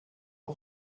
all